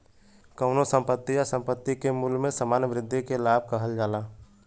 कउनो संपत्ति या संपत्ति के मूल्य में सामान्य वृद्धि के लाभ कहल जाला